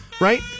Right